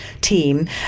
team